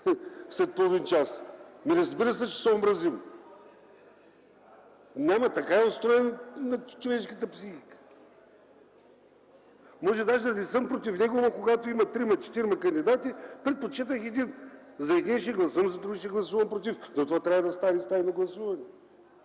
след половин час? Разбира се, че ще се омразим. Така е устроена човешката психика. Може даже да не съм против него, но когато има 3-4 кандидати, предпочиташ един. За един ще гласувам, за другия ще гласувам против. Но това трябва да стане с тайно гласуване.